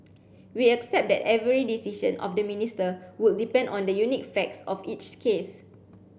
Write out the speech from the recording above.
we accept that every decision of the minister would depend on the unique facts of each case